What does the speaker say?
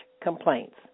complaints